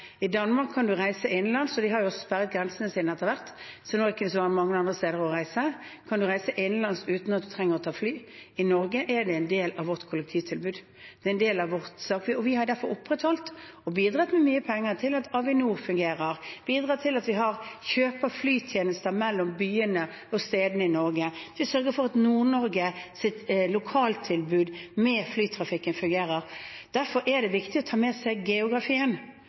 ikke så mange andre steder å reise – uten at man trenger å ta fly. I Norge er det en del av vårt kollektivtilbud. Det er en del av vårt samfunn. Vi har derfor opprettholdt det og bidratt med mye penger slik at Avinor fungerer, bidratt til at vi kjøper flytjenester mellom byene og stedene i Norge. Vi sørger for at Nord-Norges lokaltilbud med flytrafikken fungerer. Derfor er det viktig å ta med seg geografien